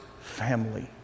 family